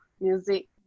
Music